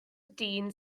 dyn